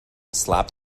slapped